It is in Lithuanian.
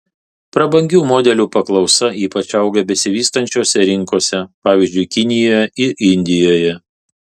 prabangių modelių paklausa ypač auga besivystančiose rinkose pavyzdžiui kinijoje ir indijoje